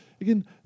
again